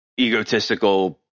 egotistical